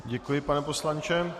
Děkuji, pane poslanče.